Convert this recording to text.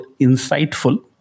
insightful